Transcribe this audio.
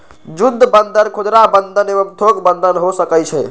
जुद्ध बन्धन खुदरा बंधन एवं थोक बन्धन हो सकइ छइ